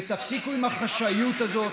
ותפסיקו עם החשאיות הזאת.